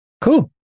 Cool